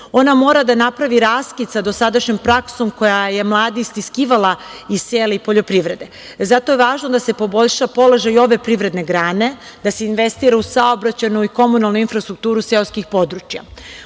Ona mora da napravi raskid sa dosadašnjom praksom koja je mlade istiskivala iz sela i poljoprivrede. Zato je važno da se poboljša položaj i ove privredne grane, da se investira u saobraćajnu i komunalnu infrastrukturu seoskih područja. Uslov